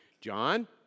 John